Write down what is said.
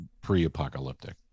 pre-apocalyptic